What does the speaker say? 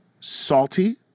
salty